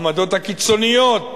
העמדות הקיצוניות